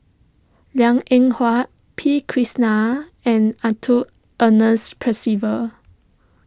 Liang Eng Hwa P Krishnan and Arthur Ernest Percival